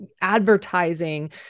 advertising